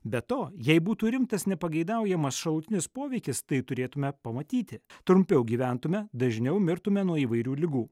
be to jei būtų rimtas nepageidaujamas šalutinis poveikis tai turėtume pamatyti trumpiau gyventume dažniau mirtume nuo įvairių ligų